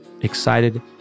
Excited